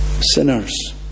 sinners